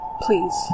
Please